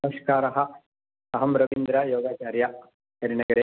नमस्कारः अहं रवीन्द्रः योगाचार्यः गिरिनगरे